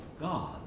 God